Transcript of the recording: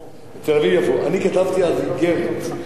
אני כתבתי אז איגרת לתושבי תל-אביב,